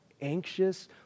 anxious